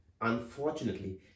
unfortunately